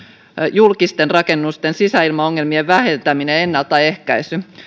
julkisten rakennusten sisäilmaongelmien vähentäminen ja ennaltaehkäisy